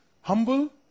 humble